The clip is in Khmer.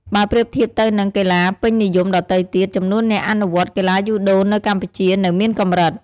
បើប្រៀបធៀបទៅនឹងកីឡាពេញនិយមដទៃទៀត ចំនួនអ្នកអនុវត្តកីឡាយូដូនៅកម្ពុជានៅមានកម្រិត ។